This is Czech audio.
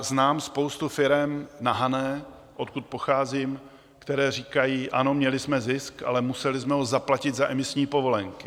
Znám spoustu firem na Hané, odkud pocházím, které říkají: Ano, měli jsme zisk, ale museli jsme ho zaplatit za emisní povolenky.